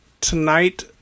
tonight